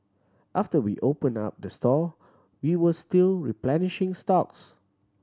after we opened up the store we were still replenishing stocks